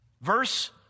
Verse